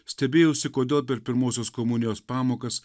stebėjausi kodėl per pirmosios komunijos pamokas